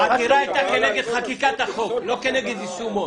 העתירה היתה כנגד חקיקת החוק, לא כנגד יישומו